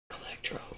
Electro